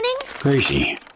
Crazy